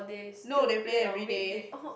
no they play everyday